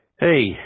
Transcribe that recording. Hey